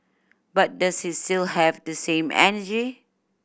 but does he still have the same energy